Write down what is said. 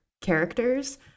characters